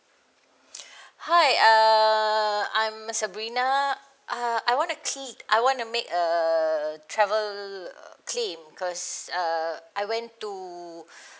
hi uh I'm sabrina uh I wanna key I wanna make a travel claim because uh I went to